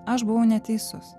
aš buvau neteisus